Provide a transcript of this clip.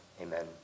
Amen